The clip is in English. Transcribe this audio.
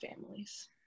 families